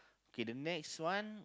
K the next one